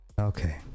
Okay